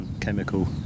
chemical